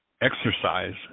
exercise